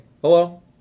Hello